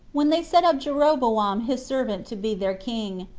when they set up jeroboam his servant to be their king,